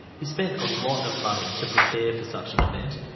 he spent a lot of money to prepare for such an event.